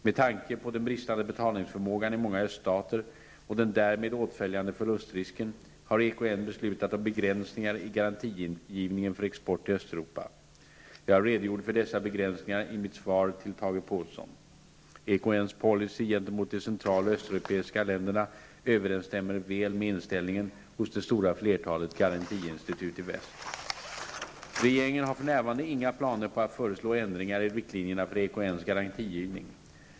Med tanke på den bristande betalningsförmågan i många öststater och den därmed åtföljande förlustrisken har EKN beslutat om begränsningar i garantigivningen för export till Östeuropa. Jag redogjorde för dessa begränsningar i mitt svar till Tage Påhlsson. EKNs policy gentemot de centraloch östeuropeiska länderna överensstämmer väl med inställningen hos det stora flertalet garantiinstitut i väst. Regeringen har för närvarande inga planer på att föreslå ändringar i riktlinjerna för EKNs garantigivning.